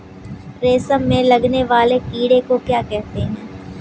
रेशम में लगने वाले कीड़े को क्या कहते हैं?